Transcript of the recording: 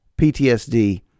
PTSD